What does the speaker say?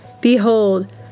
Behold